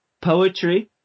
poetry